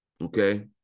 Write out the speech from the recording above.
Okay